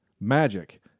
magic